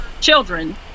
children